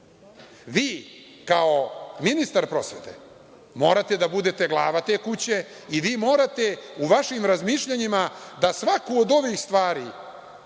Vi, kao ministar prosvete morate da budete glava te kuće i vi morate u vašim razmišljanjima da svaku od ovih stvari